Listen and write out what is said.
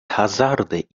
hazarde